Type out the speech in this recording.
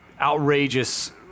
outrageous